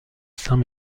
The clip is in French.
saint